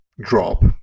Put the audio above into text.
drop